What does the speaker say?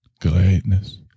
greatness